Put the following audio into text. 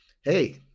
hey